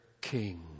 king